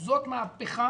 זאת מהפכה